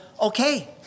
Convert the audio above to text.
Okay